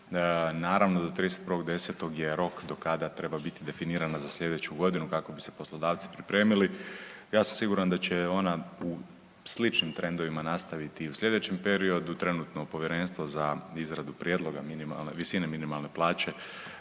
Naravno do 31.10. je rok do kada treba biti definirana za slijedeću godinu kako bi se poslodavci pripremili. Ja sam siguran da će ona u sličnim trendovima nastaviti i u slijedećem periodu. Trenutno povjerenstvo za izradu prijedloga minimalne, visine minimalne plaće